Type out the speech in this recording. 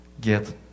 Get